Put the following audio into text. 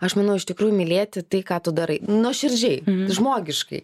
aš manau iš tikrųjų mylėti tai ką tu darai nuoširdžiai žmogiškai